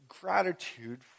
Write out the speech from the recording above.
gratitude